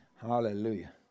Hallelujah